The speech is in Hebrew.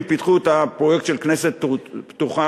פיתחו את הפרויקט של "כנסת פתוחה",